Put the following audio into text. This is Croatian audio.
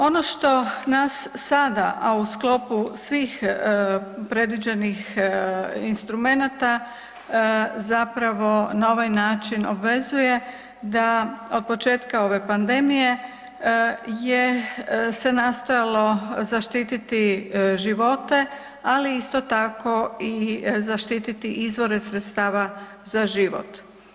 Ono što nas sada, a u sklopu svih predviđenih instrumenata na ovaj način obvezuje da od početka ove pandemije se nastojalo zaštititi živote, ali isto tako zaštiti izvore sredstava za život.